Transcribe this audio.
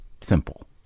simple